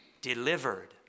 delivered